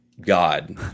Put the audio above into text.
God